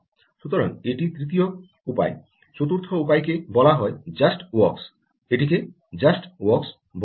সুতরাং এটি তৃতীয় উপায় চতুর্থ উপায়কে বলা হয় জাস্ট ওয়ার্কস এটিকে জাস্ট ওয়ার্কস বলা হয়